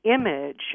image